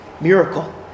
miracle